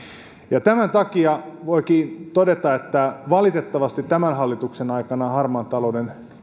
tämän takia voikin todeta että valitettavasti tämän hallituksen aikana harmaan talouden